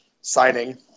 signing